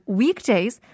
weekdays